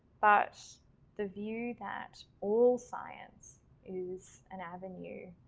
but the view that all science is an avenue,